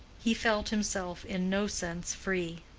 he felt himself in no sense free.